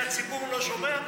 והציבור לא שומע,